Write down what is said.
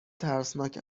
ترسناک